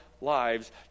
lives